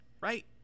right